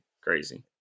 crazy